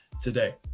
today